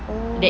oh